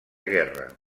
guerra